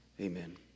amen